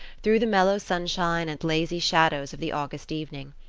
through the mellow sunshine and lazy shadows of the august evening.